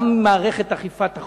גם ממערכת אכיפת החוק,